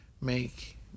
make